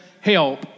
help